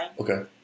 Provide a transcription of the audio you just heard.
okay